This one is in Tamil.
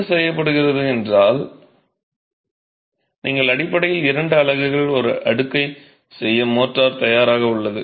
என்ன செய்யப்படுகிறது என்றால் அடிப்படையில் இரண்டு அலகுகள் ஒரு அடுக்கை செய்ய மோர்டார் தயாராக உள்ளது